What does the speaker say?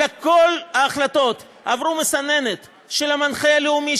אלא שכל ההחלטות עברו מסננת של המנחה הלאומי,